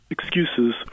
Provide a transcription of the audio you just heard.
Excuses